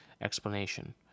explanation